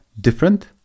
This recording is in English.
different